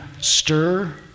stir